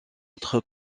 autre